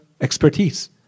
expertise